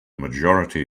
majority